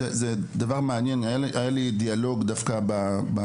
וזה דבר מעניין היה לי דיאלוג בתקופה